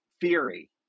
theory